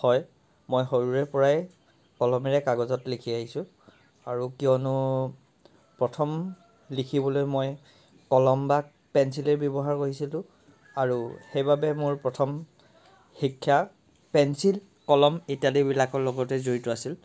হয় মই সৰুৰে পৰাই কলমেৰে কাগজত লিখি আহিছোঁ আৰু কিয়নো প্ৰথম লিখিবলৈ মই কলম বা পেঞ্চিলেই ব্যৱহাৰ কৰিছিলোঁ আৰু সেইবাবে মোৰ প্ৰথম শিক্ষা পেঞ্চিল কলম ইত্যাদিবিলাকৰ লগতেই জড়িত আছিল